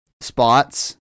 spots